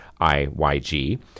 IYG